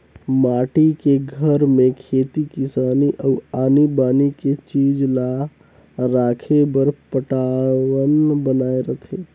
माटी के घर में खेती किसानी अउ आनी बानी के चीज ला राखे बर पटान्व बनाए रथें